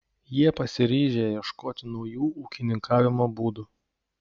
jie pasiryžę ieškoti naujų ūkininkavimo būdų